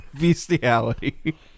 bestiality